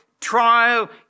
trial